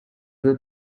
will